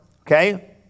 okay